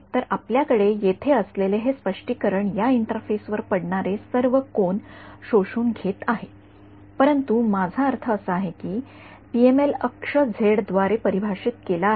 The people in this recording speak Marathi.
तर आपल्याकडे येथे असलेले हे स्पष्टीकरण या इंटरफेस वर पडणारे सर्व कोन शोषून घेत आहे परंतु माझा अर्थ असा आहे की पीएमएलअक्ष झेडद्वारे परिभाषित केला आहे